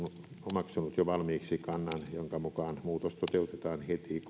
omaksunut jo valmiiksi kannan jonka mukaan muutos toteutetaan heti kun direktiivi siihen mahdollisuuden